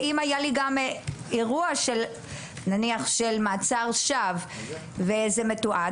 ואם היה לי גם אירוע של מעצר שווא וזה מתועד,